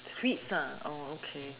sweets ah oh okay